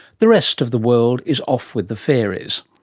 the rest of the world is off with the fairies.